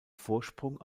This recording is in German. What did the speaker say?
vorsprung